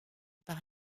par